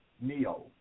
Neo